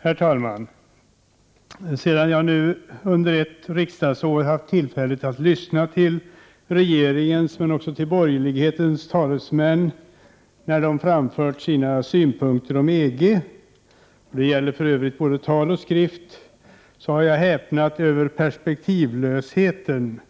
Herr talman! Sedan jag nu under ett riksdagsår har haft tillfälle att lyssna till regeringens, men också till borgerlighetens, talesmän när de framfört sina synpunkter om EG - det gäller för övrigt både tal och skrift —, så har jag häpnat över perspektivlösheten.